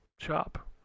shop